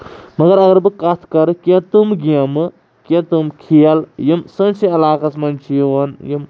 مگر اگر بہٕ کَتھ کَرٕ کیںٛہہ تِم گیمہٕ کینٛہہ تِم کھیل یِم سٲنۍ سٕے علاقَس منٛز چھِ یِوان یِم